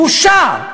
בושה.